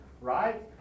right